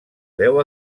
deu